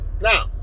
Now